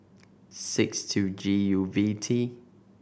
six two G U V T